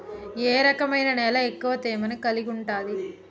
ఏ రకమైన నేల ఎక్కువ తేమను కలిగుంటది?